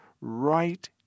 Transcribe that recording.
right